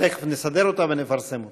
אנחנו תכף נסדר אותה ונפרסם אותה.